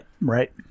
Right